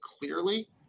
clearly